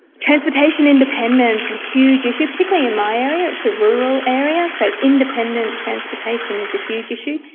transportation independence, a huge issue, particularly in my area, it's a rural area, so independent transportation is a huge issue.